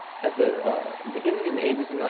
at the beginnng in the eighty s and